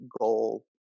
goal